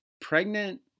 pregnant